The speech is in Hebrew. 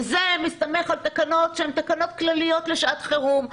וזה מסתמך על תקנות שהן תקנות כלליות לשעת חירום.